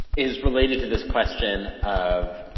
is related to this question of